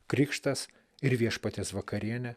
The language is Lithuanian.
krikštas ir viešpaties vakarienė